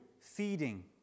Feeding